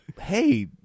hey